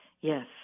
Yes